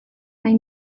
nahi